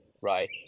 right